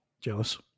Jealous